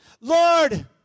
Lord